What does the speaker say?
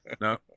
No